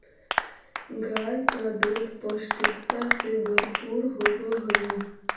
गाय का दूध पौष्टिकता से भरपूर होवअ हई